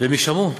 והן יישמעו.